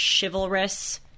chivalrous